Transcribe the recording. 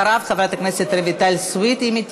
אנחנו עוברים להצעות דחופות לסדר-היום.